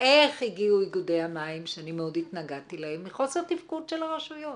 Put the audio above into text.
איך הגיעו איגודי המים שאני מאוד התנגדתי להם מחוסר תפקוד של הרשויות,